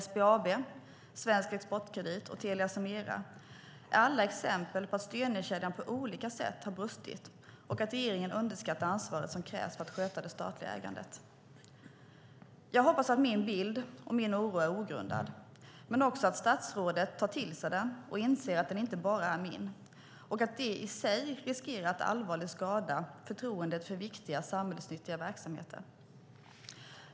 SBAB, Svensk Exportkredit och Telia Sonera är alla exempel på att styrningskedjan på olika sätt har brustit och att regeringen underskattar det ansvar som krävs för att sköta det statliga ägandet. Jag hoppas att min bild inte stämmer och att min oro är ogrundad men också att statsrådet tar till sig detta och inser att det inte är bara jag som har denna bild och denna oro och att detta i sig riskerar att allvarligt skada förtroendet för viktiga och samhällsnyttiga verksamheter.